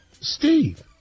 Steve